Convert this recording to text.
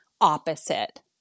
opposite